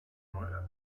neue